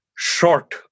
Short